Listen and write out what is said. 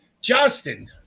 Justin